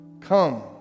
come